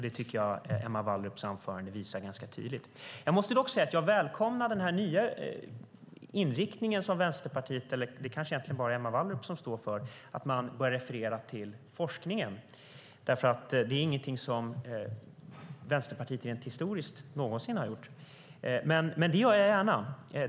Det tycker jag att Emma Wallrups anförande visar ganska tydligt. Jag måste dock säga att jag välkomnar den nya inriktning som Vänsterpartiet står för, eller kanske bara Emma Wallrup, att man börjar referera till forskningen. Det är ingenting som Vänsterpartiet rent historiskt någonsin har gjort. Det gör jag gärna.